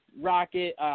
Rocket –